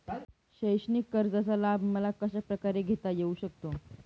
शैक्षणिक कर्जाचा लाभ मला कशाप्रकारे घेता येऊ शकतो?